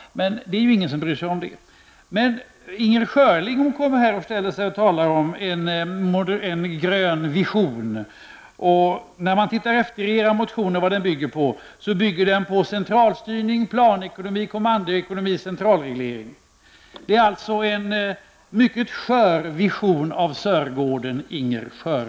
Men det är ju ingen som bryr sig om det. Men Inger Schörling talade om en grön vision. När man läser i miljöpartiets motioner vad denna vision bygger på visar det sig att den bygger på centralstyrning, planekonomi, kommandoekonomi och centralreglering. Det är alltså en mycket skör vision av Sörgården, Inger